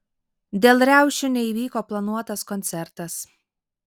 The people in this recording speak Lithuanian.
dėl riaušių neįvyko planuotas koncertas